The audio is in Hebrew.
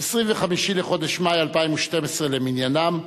25 בחודש מאי 2012 למניינם,